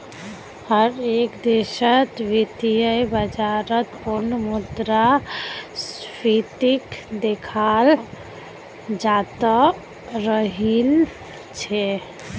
हर एक देशत वित्तीय बाजारत पुनः मुद्रा स्फीतीक देखाल जातअ राहिल छे